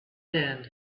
then